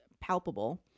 palpable